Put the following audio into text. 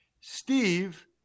Steve